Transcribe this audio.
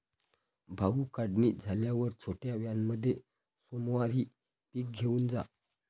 भाऊ, काढणी झाल्यावर छोट्या व्हॅनमध्ये सोमवारी पीक घेऊन जा